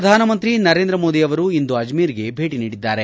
ಪ್ರಧಾನಮಂತಿ ನರೇಂದ ಮೋದಿ ಅವರು ಇಂದು ಅಜ್ಮೀರ್ಗೆ ಭೇಟಿ ನೀಡಿದ್ದಾರೆ